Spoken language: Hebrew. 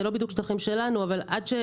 זה לא בדיוק שטחים שלנו, אבל עד שנעשית הכרזה.